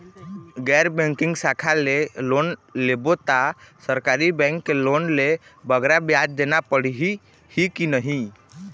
गैर बैंकिंग शाखा ले लोन लेबो ता सरकारी बैंक के लोन ले बगरा ब्याज देना पड़ही ही कि नहीं?